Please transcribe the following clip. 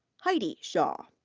heidi shaw.